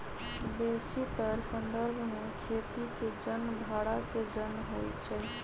बेशीतर संदर्भ में खेती के जन भड़ा के जन होइ छइ